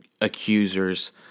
accusers